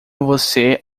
você